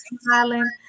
smiling